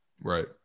Right